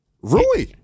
Rui